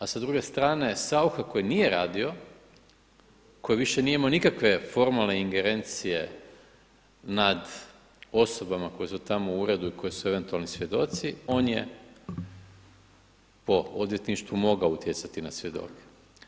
A sa druge strane SAucha koji nije radio, koji više nije imao nikakve formalne ingerencije nad osobama koje su tamo u uredu i koji su eventualni svjedoci, on je po odvjetništvu mogao utjecati na svjedoke.